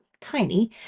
tiny